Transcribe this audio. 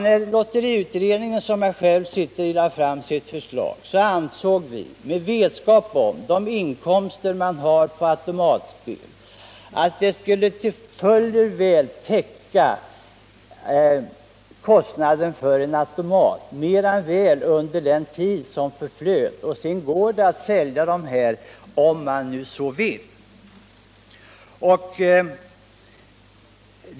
När lotteriutredningen, som jag själv sitter i, lade fram sitt förslag, så ansåg vi, med vetskap om de inkomster man har på automatspel, att dessa inkomster fuller väl skulle täcka kostnaden för en automat under den tid som skulle förflyta. Sedan går det att sälja apparaterna — om man nu så vill.